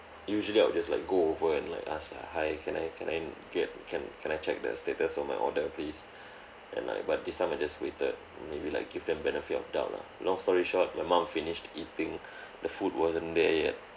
usually I would just like go over and like ask like hi can I can I get can can I check the status of my order please and like but this time I just waited maybe like give them benefit of doubt lah long story short my mum finished eating the food wasn't there yet